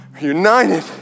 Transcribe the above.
united